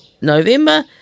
November